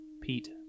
Pete